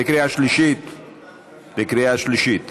חוק בתי המשפט